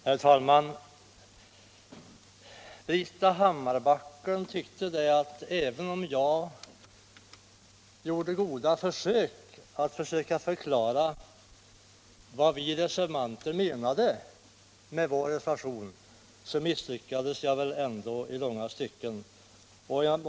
Herr talman! Britta Hammarbacken tyckte att även om jag gjorde goda försök att förklara vad vi reservanter menade med vår reservation så misslyckades jag ändå i långa stycken.